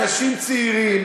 אנשים צעירים,